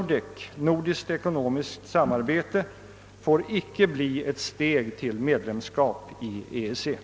Nordek får icke bli ett steg till medlemskap i EEC.